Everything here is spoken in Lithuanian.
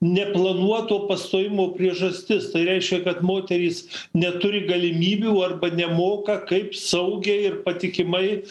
neplanuoto pastojimo priežastis tai reiškia kad moterys neturi galimybių arba nemoka kaip saugiai ir patikimai